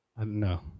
No